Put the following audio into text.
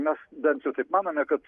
mes bent jau taip manome kad